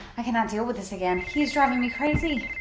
i can not deal with this again, he is driving me crazy.